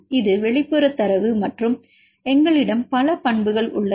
இது வெளிப்புறத் தரவு மற்றும் எங்களிடம் பல பண்புகள் உள்ளன